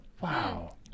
Wow